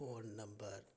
phone number